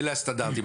אלה הסטנדרטים.